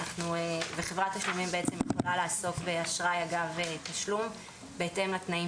וחברת תשלומים בעצם יכולה לעסוק באשראי אגב תשלום בהתאם לתנאים